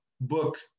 book